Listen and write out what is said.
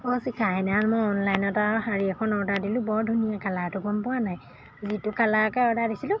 অঁ শিখা সেইদিনাখন মই অনলাইনত আৰু শাড়ী এখন অৰ্ডাৰ দিলোঁ বৰ ধুনীয়া কালাৰটো গম পোৱা নাই যিটো কালাৰকে অৰ্ডাৰ দিছিলোঁ